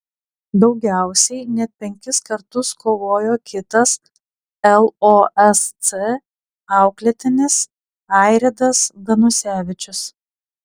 daugiausiai net penkis kartus kovojo kitas losc auklėtinis airidas danusevičius